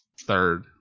third